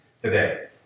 today